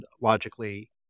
logically